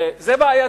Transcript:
זה בעייתי,